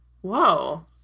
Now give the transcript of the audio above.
whoa